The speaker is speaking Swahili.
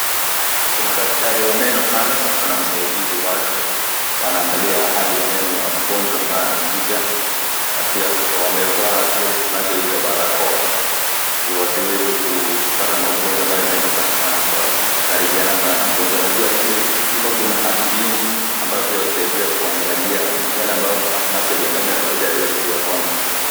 Kuna daktari wa meno pale ako na msaidizi wake wanaangaia hali ya meno ya magonjwa ambaye amekuja na pia wamevaa kile tunachoita barakoa ndio wasiweze kupata magonjwa ambayo inaweza kupatikana kwa kukaribiana sana na mgonjwa , na pia pale nyuma kuna adubini ambayo pia husaidia kuangalia yale ambayo macho ya binadamu wa kawaida hayawezi kuyaona.